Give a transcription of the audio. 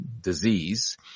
disease